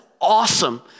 awesome